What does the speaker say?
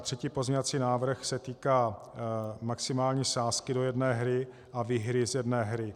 Třetí pozměňovací návrh se týká maximální sázky do jedné hry a výhry z jedné hry.